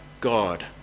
God